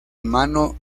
mano